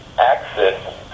access